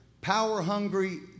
power-hungry